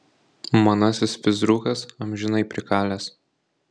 manasis fizrukas amžinai prikalęs